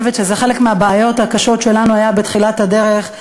אני חושבת שזה חלק מהבעיות הקשות שהיו לנו בתחילת הדרך.